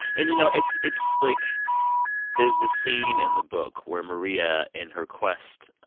and, you know, it's it's like there's this scene in the book where maria, in her quest,